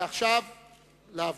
עכשיו לעבודה.